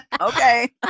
Okay